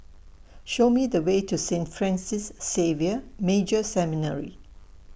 Show Me The Way to Saint Francis Xavier Major Seminary